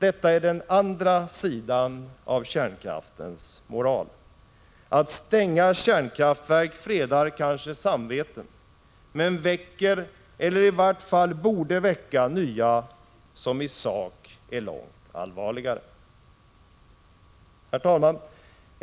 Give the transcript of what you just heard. Detta är den andra sidan av kärnkraftens moral. Att stänga kärnkraftverk fredar kanske samveten men väcker — eller borde i varje fall väcka — nya som i sak är långt allvarligare. Herr talman!